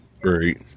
Great